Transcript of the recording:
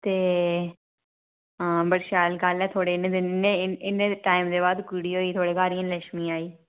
आं ते बड़ी शैल गल्ल ऐ थुहाड़े इन्ने टाईम दे बाद कुड़ी होई थुहाड़े घर सारें लक्ष्मी आई